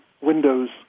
windows